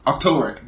October